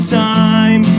time